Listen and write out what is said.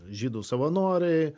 žydų savanoriai